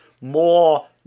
more